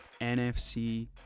NFC